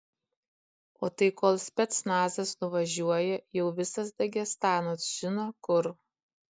o tai kol specnazas nuvažiuoja jau visas dagestanas žino kur